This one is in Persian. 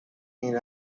این